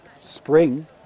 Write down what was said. spring